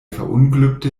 verunglückte